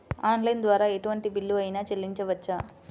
Online ద్వారా ఎటువంటి bill అయినా చెల్లించవచ్చా?